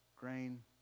grain